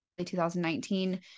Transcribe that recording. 2019